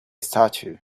statue